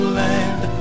land